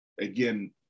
again